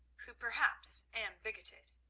who perhaps am bigoted.